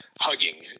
Hugging